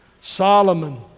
Solomon